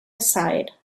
aside